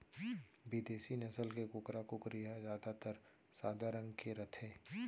बिदेसी नसल के कुकरा, कुकरी ह जादातर सादा रंग के रथे